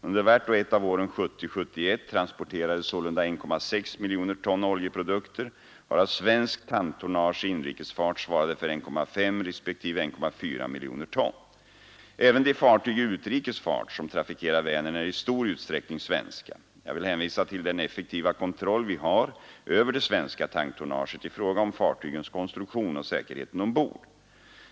Under vart och ett av åren 1970 och 1971 transporterades sålunda 1,6 miljoner ton oljeprodukter, varav svenskt tanktonnage i inrikes fart svarande för 1,5 respektive 1,4 miljoner ton. Även de fartyg i utrikes fart som trafikerar Vänern är i stor utsträckning svenska. Jag vill hänvisa till den effektiva kontroll vi har över det svenska tanktonnaget i fråga om fartygens konstruktion och säkerheten ombord.